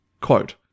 Quote